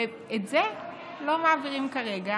ואת זה לא מעבירים כרגע